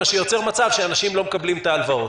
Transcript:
מה שיוצר מצב שאנשים לא מקבלים את ההלוואות.